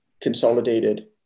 consolidated